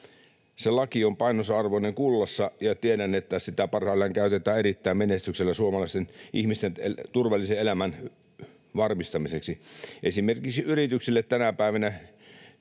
Se laki on painonsa arvoinen kullassa, ja tiedän, että sitä parhaillaan käytetään erittäin menestyksekkäästi suomalaisten ihmisten turvallisen elämän varmistamiseksi. Esimerkiksi yrityksille tänä päivänä